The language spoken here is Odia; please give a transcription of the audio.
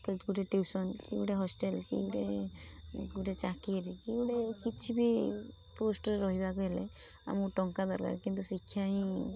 କେଉଁଠି ଟ୍ୟୁସନ୍ କେଉଁଠି ହଷ୍ଟେଲ କି ଗୋଟେ ଗୋଟେ ଚାକିରି କି ଗୋଟେ କିଛି ବି ପୋଷ୍ଟରେ ରହିବାକୁ ହେଲେ ଆମକୁ ଟଙ୍କା ଦରକାର କିନ୍ତୁ ଶିକ୍ଷା ହିଁ